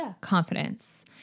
confidence